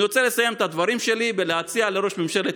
אני רוצה לסיים את הדברים שלי בלהציע לראש ממשלת